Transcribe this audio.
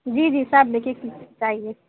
جی جی سب ایک ایک کے جی چاہیے